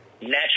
natural